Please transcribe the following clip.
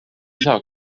isa